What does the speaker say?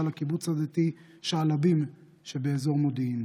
לקיבוץ הדתי שעלבים שבאזור מודיעין.